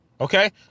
Okay